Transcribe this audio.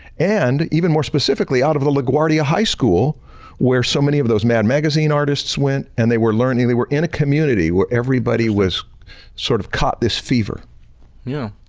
and even more specifically, out of the laguardia high school where so many of those mad magazine artists went and they were learning. they were in a community where everybody was sort of caught this fever. stan yeah.